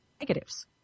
negatives